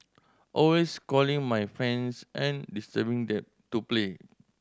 always calling my friends and disturbing them to play